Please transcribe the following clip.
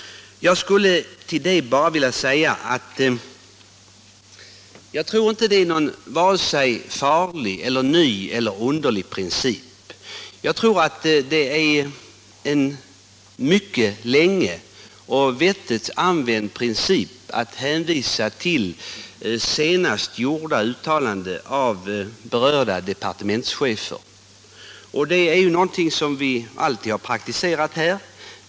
Jag tror inte att en sådan hänvisning är någon vare sig farlig, ny eller underlig princip. Det är en mycket länge och vettigt använd princip att hänvisa till senast gjorda uttalanden av berörda departementschefer. Det är någonting som vi alltid har praktiserat.